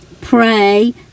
Pray